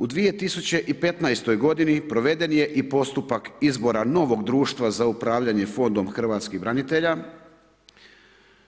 U 2015. g. proveden je i postupak izbora novog društva za upravljanje fondom hrvatskih branitelja,